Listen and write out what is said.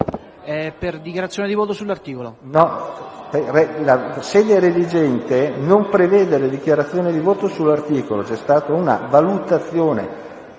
La sede redigente non prevede le dichiarazioni di voto sui singoli articoli. C'è stata una valutazione,